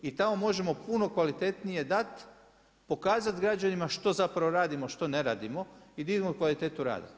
I tamo možemo puno kvalitetnije dat, pokazat građanima što zapravo radimo, što ne radimo i dignut kvalitetu rada.